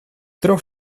трех